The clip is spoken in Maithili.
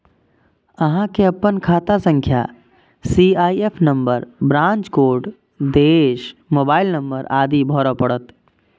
अहां कें अपन खाता संख्या, सी.आई.एफ नंबर, ब्रांच कोड, देश, मोबाइल नंबर आदि भरय पड़त